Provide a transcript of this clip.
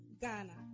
Ghana